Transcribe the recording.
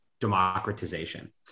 democratization